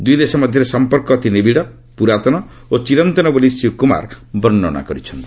ଦୁଇ ଦେଶ ମଧ୍ୟରେ ସମ୍ପର୍କ ଅତି ନିବିଡ଼ ପ୍ରରାତନ ଓ ଚିରନ୍ତନ ବୋଲି ଶ୍ରୀ କୁମାର ବର୍ଷନା କରିଚ୍ଛନ୍ତି